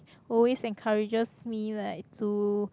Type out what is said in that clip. always encourages me like to